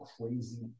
crazy